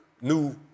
new